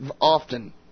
Often